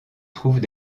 trouvent